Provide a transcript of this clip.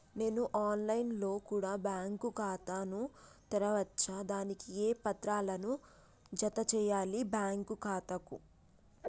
నేను online లో కూడా బ్యాంకు ఖాతా ను తెరవ వచ్చా? దానికి ఏ పత్రాలను జత చేయాలి బ్యాంకు ఖాతాకు?